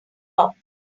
talks